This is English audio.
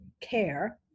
CARE